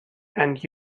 and